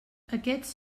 aquests